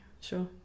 sure